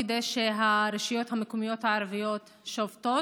כדי שהרשויות המקומיות הערביות שובתות,